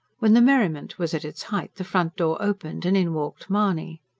when the merriment was at its height, the front door opened and in walked mahony.